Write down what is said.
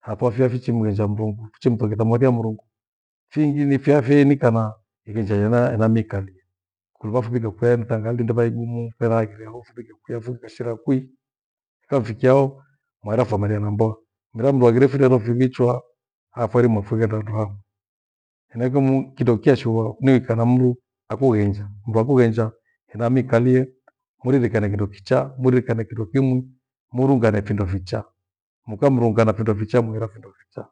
hafofi hafichimghenja mrungu fichimthogeza mothia mrungu. Fingi ni fyafe nika na ighenja ena enamikalia kuliva fui nikweli nitangi ndumba ighumu mera haghire ho fuvike kwiya funu kashira kwi ikamfikia ho mara famania na mboa. Mira mndu haghire firero fiwichwa hafairi mafughenda mndu hamwi. Henaicho mu- kindochashughwa ni ikaa na mndu akughenja, mndu akughenja hena milikalie muririkane kindo kicha mrikane kimwi murungane findo ficha. Mukamrunga na findo ficha muhira findo ficha.